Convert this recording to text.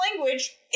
language